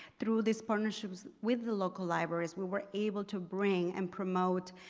through these partnerships with the local libraries, we were able to bring and promote